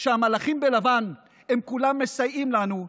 שהמלאכים בלבן כולם מסייעים לנו,